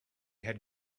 had